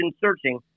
searching